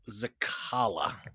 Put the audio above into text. Zakala